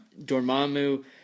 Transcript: Dormammu